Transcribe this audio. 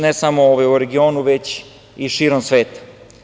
Ne samo u regionu, već i širom sveta.